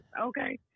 okay